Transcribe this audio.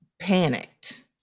panicked